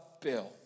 bill